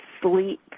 sleep